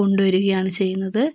കൊണ്ടുവരികയാണ് ചെയ്യുന്നത്